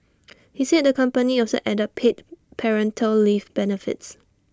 he said the company also added paid parental leave benefits